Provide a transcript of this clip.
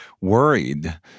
worried